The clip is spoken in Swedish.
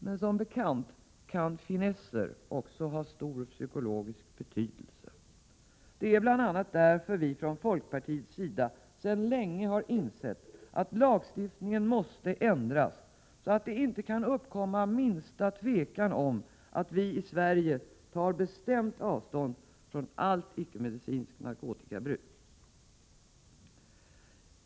Men som bekant kan även finesser ha stor psykologisk betydelse. Det är bl.a. därför som vi från folkpartiets sida sedan länge har insett att lagstiftningen måste ändras så att det inte kan uppkomma minsta tvivel om att vi i Sverige tar bestämt avstånd från allt icke-medicinskt narkotikabruk.